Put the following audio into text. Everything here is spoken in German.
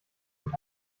und